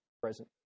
present